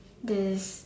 there's